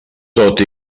tot